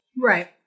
Right